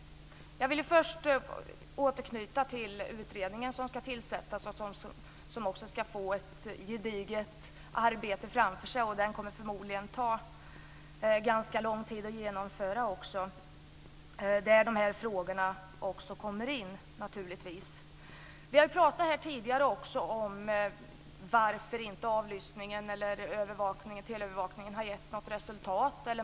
Jag vill först återknyta till den utredning som ska tillsättas, som har ett gediget arbete framför sig och som förmodligen kommer att ta ganska lång tid på sig för att bli klar. Där kommer naturligtvis också dessa frågor in. Vi har ju tidigare pratat om varför inte avlyssningen eller teleövervakningen har gett något resultat.